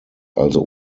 also